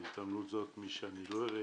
בהזדמנות זו מי שאני לא אראה,